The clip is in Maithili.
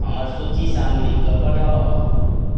हमर सूचिके सामग्री पठाउ